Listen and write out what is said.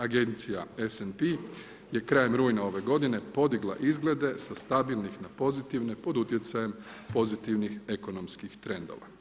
Agencija SNP je krajem rujna ove godine podigla izglede sa stabilnih na pozitivne pod utjecajem pozitivnih ekonomskih trendova.